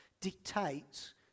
dictates